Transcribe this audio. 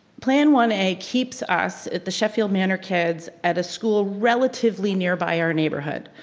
plan one a keeps us at the sheffield manor kids at a school relatively nearby our neighborhood.